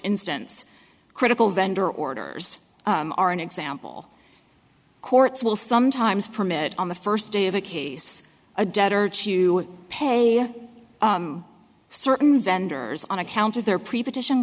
instance critical vendor orders are an example courts will sometimes permit on the first day of a case a debtor to pay certain vendors on account of their preposition